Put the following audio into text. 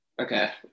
Okay